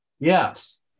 Yes